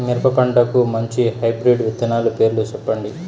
మిరప పంటకు మంచి హైబ్రిడ్ విత్తనాలు పేర్లు సెప్పండి?